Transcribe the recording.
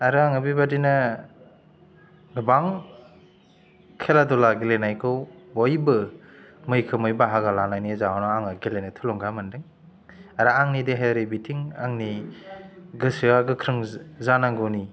आरो आङो बेबादिनो गोबां खेला दुला गेलेनायखौ बयबो मैखोमै बाहागो लानायनि जाउनावनो आङो गेलेनो थुलुंगा मोनदों आरो आंनि देहायारि बिथिं आंनि गोसोया गोख्रों जानांगौनि